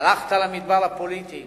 הלכת למדבר הפוליטי